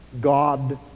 God